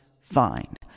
fine